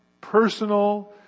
personal